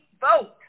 vote